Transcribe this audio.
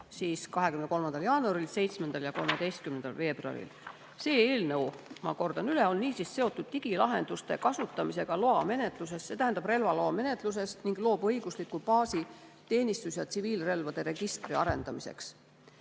23. jaanuaril ning 7. ja 13. veebruaril. See eelnõu, ma kordan üle, on seotud digilahenduste kasutamisega loamenetluses, see tähendab relvaloamenetluses, ning loob õigusliku baasi teenistus‑ ja tsiviilrelvade registri arendamiseks. Teise